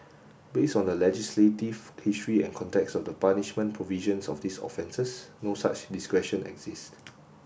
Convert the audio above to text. based on the legislative history and context of the punishment provisions of these offences no such discretion exist